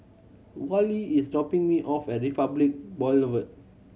Wally is dropping me off at Republic Boulevard